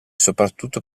soprattutto